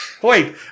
Wait